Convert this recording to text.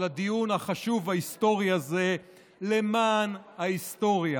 הדיון החשוב ההיסטורי הזה למען ההיסטוריה,